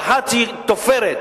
שאחת היא תופרת,